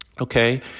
Okay